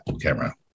camera